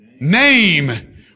Name